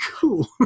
Cool